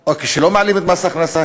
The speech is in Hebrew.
או כשלא מעלים את מס ההכנסה,